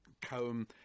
comb